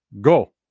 go